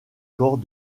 corps